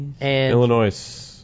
Illinois